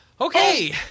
Okay